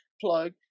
plug